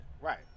Right